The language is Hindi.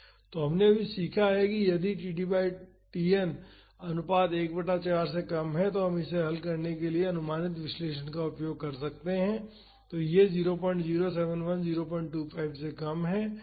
तो हमने अभी सीखा है कि यदि यह td बाई Tn अनुपात 1 बटा 4 से कम है तो हम इसे हल करने के लिए अनुमानित विश्लेषण का उपयोग कर सकते हैं तो यह 0071 025 से कम है